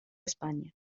españa